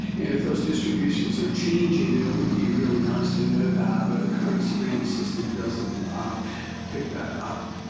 and if those distributions are changing, it would be really nice to know that. but the current surveillance system doesn't pick that up.